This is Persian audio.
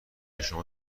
شما